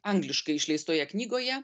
angliškai išleistoje knygoje